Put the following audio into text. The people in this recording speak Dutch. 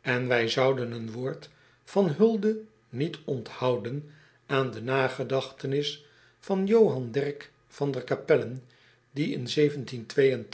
en wij zouden een woord van hulde niet onthouden aan de nagedachtenis van ohan erk van der apellen die in